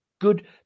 good